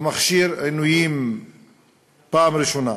המכשיר עינויים בפעם הראשונה.